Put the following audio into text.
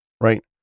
right